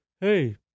Hey